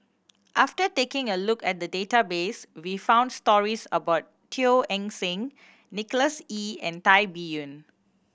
after taking a look at the database we found stories about Teo Eng Seng Nicholas Ee and Tan Biyun